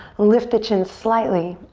lift the chin slightly.